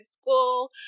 school